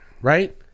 Right